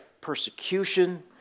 Persecution